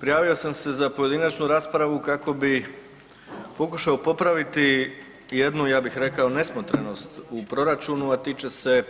Prijavio sam se za pojedinačnu raspravu kako bi pokušao popraviti jednu ja bih rekao, nesmotrenost u proračunu a tiče se